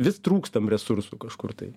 vis trūkstam resursų kažkur tai